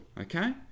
okay